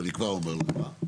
אני כבר אומר לך,